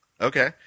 Okay